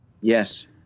Yes